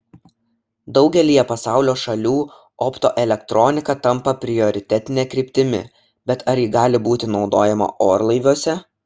daugelyje pasaulio šalių optoelektronika tampa prioritetine kryptimi bet ar ji gali būti naudojama orlaiviuose